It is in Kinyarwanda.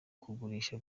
kugurisha